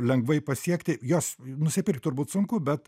lengvai pasiekti jos nusipirkt turbūt sunku bet